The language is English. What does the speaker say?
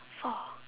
for